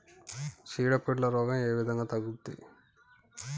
చీడ పీడల రోగం ఏ విధంగా తగ్గుద్ది?